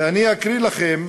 אני אקריא לכם